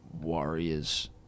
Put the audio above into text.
Warriors